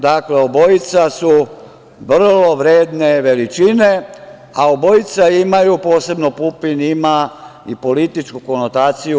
Dakle, obojica su vrlo vredne veličine, a obojica imaju, posebno Pupin, i političku konotaciju.